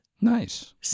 Nice